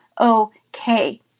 okay